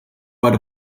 write